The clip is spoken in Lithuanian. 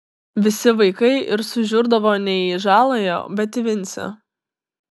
visi vaikai ir sužiurdavo ne į žaląją bet į vincę